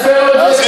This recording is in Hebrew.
של,